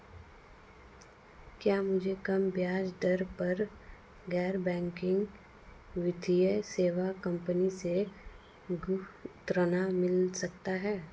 क्या मुझे कम ब्याज दर पर गैर बैंकिंग वित्तीय सेवा कंपनी से गृह ऋण मिल सकता है?